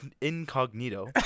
incognito